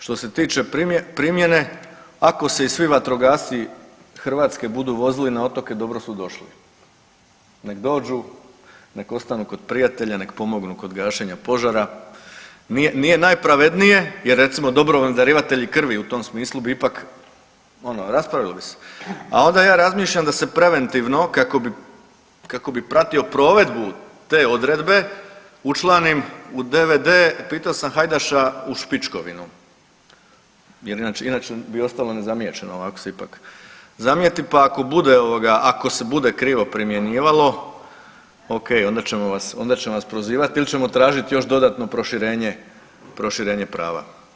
Što se tiče primjene ako se i svi vatrogasci Hrvatske budu vozili na otoke dobro su došli, nek dođu, nek ostanu kod prijatelja, nek pomognu kod gašenja požara, nije najpravednije jer recimo dobrovoljni darivatelji krvi u tom smislu bi ipak ono raspravilo bi se, a onda ja razmišljam da se preventivno kako bi, kako bi pratio provedbu te odredbe učlanim u DVD, pitaš sam Hajdaša, u Špičkovinu jer inače, inače bi ostala nezamijećena, ovako se ipak zamijeti, pa ako bude ovoga, ako se bude krivo primjenjivalo onda ćemo vas, onda ćemo vas prozivat ili ćemo tražit još dodatno proširenje, proširenje prava.